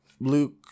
Luke